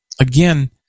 Again